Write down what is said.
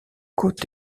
côte